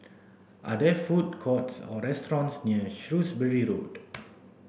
are there food courts or restaurants near Shrewsbury Road